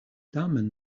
tamen